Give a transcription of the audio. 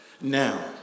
Now